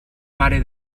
mare